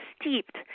steeped